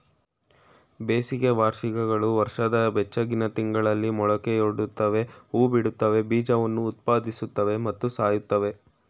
ಬೇಸಿಗೆ ವಾರ್ಷಿಕಗಳು ವರ್ಷದ ಬೆಚ್ಚಗಿನ ತಿಂಗಳಲ್ಲಿ ಮೊಳಕೆಯೊಡಿತವೆ ಹೂಬಿಡ್ತವೆ ಬೀಜವನ್ನು ಉತ್ಪಾದಿಸುತ್ವೆ ಮತ್ತು ಸಾಯ್ತವೆ